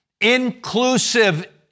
inclusive